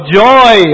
joy